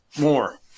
more